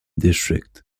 district